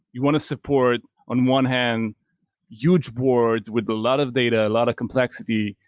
you want to support on one hand huge boards with a lot of data, a lot of complexity,